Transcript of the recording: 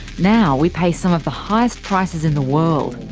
now we pay some of the highest prices in the world.